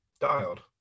Dialed